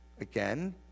again